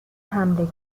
حمله